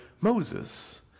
Moses